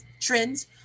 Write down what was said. trends